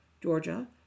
Georgia